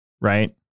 Right